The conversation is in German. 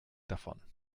davon